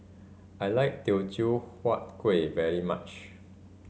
I like Teochew Huat Kuih very much